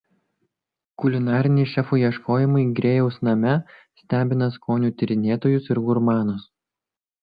kulinariniai šefų ieškojimai grėjaus name stebina skonių tyrinėtojus ir gurmanus